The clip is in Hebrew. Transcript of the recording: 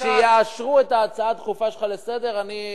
כשיאשרו את ההצעה הדחופה שלך לסדר-היום,